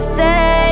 say